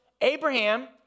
Abraham